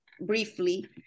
briefly